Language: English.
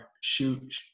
shoot